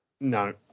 No